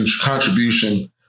contribution